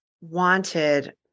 wanted